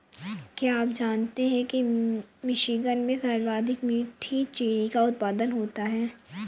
क्या आप जानते हैं कि मिशिगन में सर्वाधिक मीठी चेरी का उत्पादन होता है?